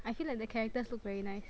I feel like the characters look very nice